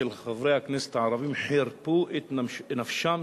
של חברי הכנסת הערבים חירפו את נפשם,